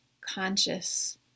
conscious